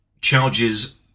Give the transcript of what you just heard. charges